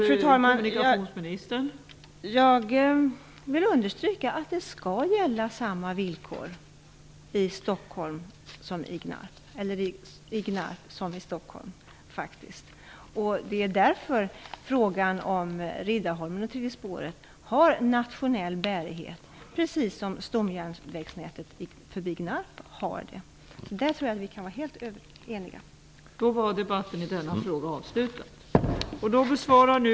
Fru talman! Jag vill understryka att samma villkor skall gälla i både Gnarp och Stockholm. Det är därför frågan om Riddarholmen och det s.k. tredje spåret har nationell bärighet, precis som stomjärnvägsnätet i Gnarp har det. Jag tror därför att vi kan vara helt eniga på den punkten.